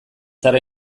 zara